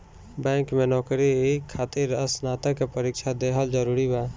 Bank में नौकरी खातिर स्नातक के परीक्षा दिहल जरूरी बा?